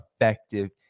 effective